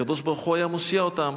הקדוש-ברוך-הוא היה מושיע אותם.